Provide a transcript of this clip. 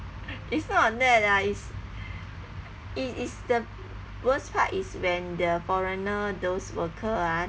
it's not that ah it's it is the worst part is when the foreigner those worker ah